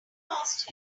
asked